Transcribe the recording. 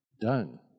done